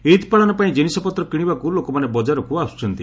ଇଦ୍ ପାଳନ ପାଇଁ କିନିଷପତ୍ର କିଶିବାକୁ ଲୋକମାନେ ବଜାରକୁ ଆସୁଛନ୍ତି